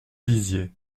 dizier